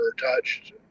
touched